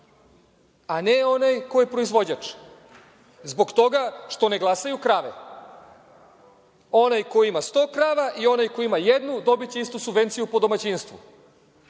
a ne onaj ko je proizvođač, zbog toga što ne glasaju krave. Onaj ko ima sto krava i onaj ko ima jednu dobiće istu subvenciju po domaćinstvu,